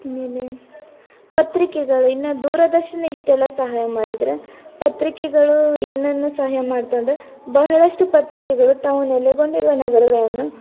ಆಮೇಲೆ ಪತ್ರಿಕೆಗಳು ಇನ್ನು ದೂರದರ್ಶನ ಇಷ್ಟೆಲ್ಲ ಸಹಾಯ ಮಾಡಿದರೆ ಪ್ರತಿಕೆಗಳು ಏನನ್ನು ಸಹಾಯ ಮಾಡ್ತವೆ ಅಂದರೆ ಬಹಳಷ್ಟು ಪತ್ರಿಕೆಗಳು ತಾವು ನೆಲೆಗೊಂಡಿರುವ ನಗರಗಳನ್ನು